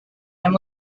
and